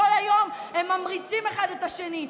כל היום הם ממריצים אחד את השני,